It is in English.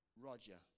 Roger